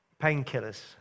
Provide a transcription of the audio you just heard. Painkillers